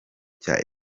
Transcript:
cya